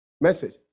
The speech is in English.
Message